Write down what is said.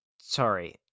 Sorry